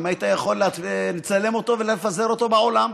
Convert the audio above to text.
אם היית יכול לצלם אותו ולפזר אותו בעולם.